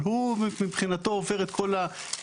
אבל הוא מבחינתו עובר את כל האישורים